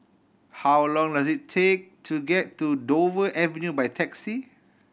how long does it take to get to Dover Avenue by taxi